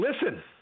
listen